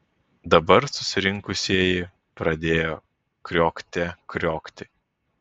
dabar susirinkusieji pradėjo kriokte kriokti